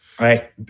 Right